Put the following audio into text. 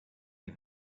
die